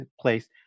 place